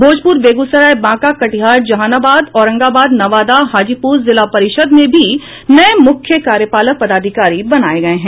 भोजपुर बेगूसराय बांका कटिहार जहानाबाद औरंगाबाद नवादा हाजीपुर जिला परिषद् में भी नये मुख्य कार्यपालक पदाधिकारी बनाये गये हैं